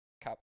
cup